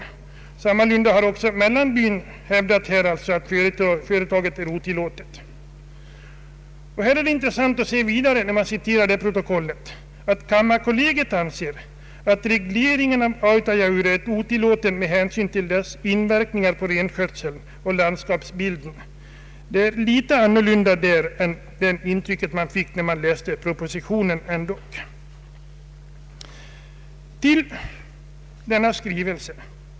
Mellanbyns lappby har likaledes hävdat att företaget är otilllåtet. Om man studerar protokollet vidare, finner man att kammarkollegiet anser att regleringen av Autajaure är otillåten med hänsyn till dess inverkningar på renskötseln och landskapsbilden. Det ger ett litet annorlunda intryck än man får när man läser propositionen.